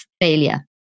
failure